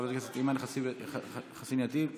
חברת הכנסת אימאן ח'טיב יאסין,